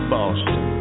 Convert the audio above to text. Boston